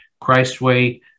Christway